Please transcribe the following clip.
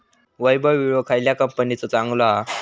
वैभव विळो खयल्या कंपनीचो चांगलो हा?